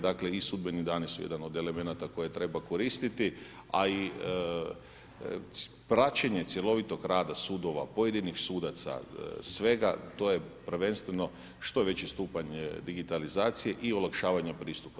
Dakle i sudbeni dani su jedan od elemenata koje treba koristiti, a i praćenje cjelovitog rada sudova, pojedinih sudaca, svega to je prvenstveno što je veći stupanj digitalizacije i olakšavanja pristupa.